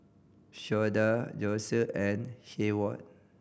Shawnda Josef and Heyward